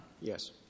Yes